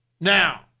Now